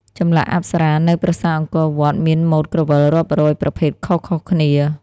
ចម្លាក់អប្សរានៅប្រាសាទអង្គរវត្តមានម៉ូដក្រវិលរាប់រយប្រភេទខុសៗគ្នា។